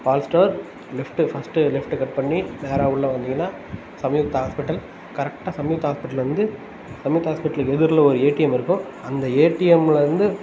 பால் star left first left cut பண்ணி நேராக உள்ளே வந்திங்கனால் சம்யுக்தா ஹாஸ்பிடல் கரெக்டாக சம்யுக்தா ஹாஸ்பிடல்லிருந்து சம்யுக்தா ஹாஸ்பிடலுக்கு எதிரில் ஒரு ஏடிஎம் இருக்கும் அந்த ஏடிஎம்லருந்து